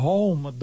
Home